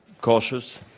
Cautious